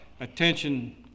attention